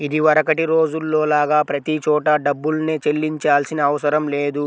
ఇదివరకటి రోజుల్లో లాగా ప్రతి చోటా డబ్బుల్నే చెల్లించాల్సిన అవసరం లేదు